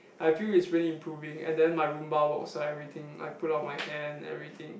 I feel it's really improving and then my rumba walks and everything I pull out my hand everything